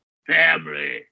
Family